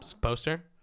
poster